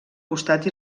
costat